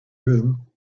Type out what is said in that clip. room